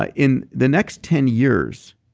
ah in the next ten years,